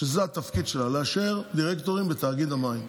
שזה התפקיד שלה, לאשר דירקטורים לתאגיד המים.